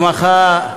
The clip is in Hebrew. והמתמחה,